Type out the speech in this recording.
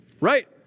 right